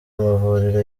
amavuriro